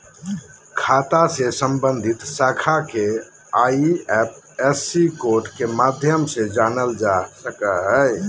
खाता से सम्बन्धित शाखा के आई.एफ.एस.सी कोड के माध्यम से जानल जा सक हइ